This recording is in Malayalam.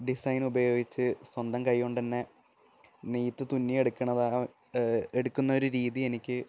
ഡിസൈൻ ഉപയോഗിച്ച് സ്വന്തം കൈകൊണ്ട് തന്നെ നെയ്ത്ത് തുന്നിയെടുക്കുന്നതാണ് എടുക്കുന്നൊരു രീതിയെനിക്ക്